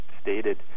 stated